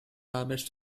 damage